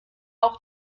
auch